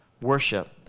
worship